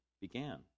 began